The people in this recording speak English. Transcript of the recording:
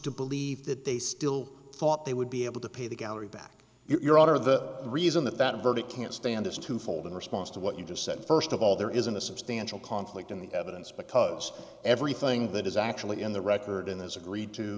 to believe that they still thought they would be able to pay the gallery back your honor the reason that that verdict can't stand is twofold in response to what you just said first of all there isn't a substantial conflict in the evidence because everything that is actually in the record in there is agreed to